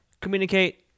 communicate